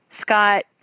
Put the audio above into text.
Scott